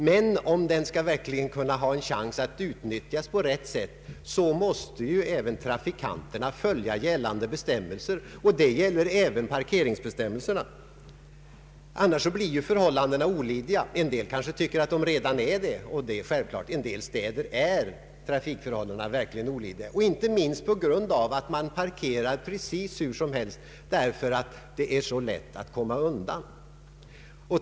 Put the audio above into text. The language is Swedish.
Men om den verkligen skall kunna ha en chans att utnyttjas på rätt sätt, måste trafikanterna följa gällande bestämmelser. Det gäller även parkeringsbestämmelserna, annars blir ju förhållandena olidliga. En del kanske tycker att de redan är det, och självfallet är trafikförhållandena verkligen olidliga i en del städer, vilket inte minst beror på att man parkerar precis hur som helst därför att det är så lätt att komma undan bötesföreläggande.